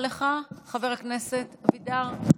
קר לך, חבר הכנסת אבידר?